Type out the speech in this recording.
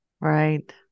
Right